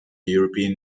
european